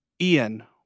Ian